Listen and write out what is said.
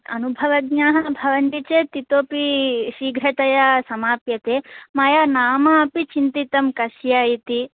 अनुभवज्ञाः भवन्ति चेत् इतोऽपि शीघ्रतया समाप्यते मया नामापि चिन्तितं कस्य इति